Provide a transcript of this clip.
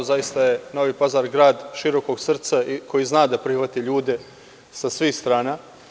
Zaista je Novi Pazar grad širokog srca koji zna da prihvati ljude sa svih strana.